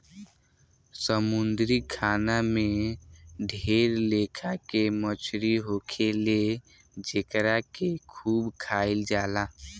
समुंद्री खाना में ढेर लेखा के मछली होखेले जेकरा के खूब खाइल जाला